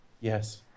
Yes